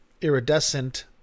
iridescent